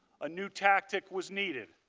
a new tactic was needed.